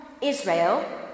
Israel